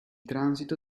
transito